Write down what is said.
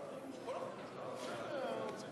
אדוני